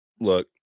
look